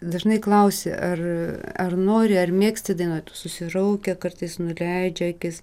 dažnai klausi ar ar nori ar mėgsti dainuot susiraukia kartais nuleidžia akis